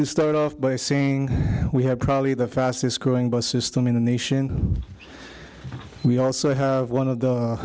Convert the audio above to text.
to start off by saying we have probably the fastest growing bus system in the nation we also have one of the